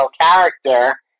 character